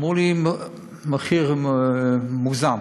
ואמרו לי מחיר מוגזם,